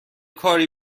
کاری